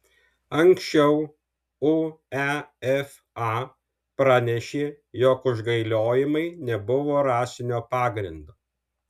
anksčiau uefa pranešė jog užgauliojimai nebuvo rasinio pagrindo